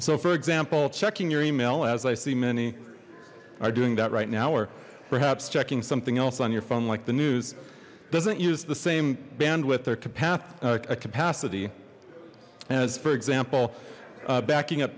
so for example checking your email as i see many are doing that right now or perhaps checking something else on your phone like the news doesn't use the same bandwidth or capacity as for example backing up